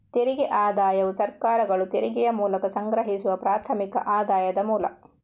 ತೆರಿಗೆ ಆದಾಯವು ಸರ್ಕಾರಗಳು ತೆರಿಗೆಯ ಮೂಲಕ ಸಂಗ್ರಹಿಸುವ ಪ್ರಾಥಮಿಕ ಆದಾಯದ ಮೂಲ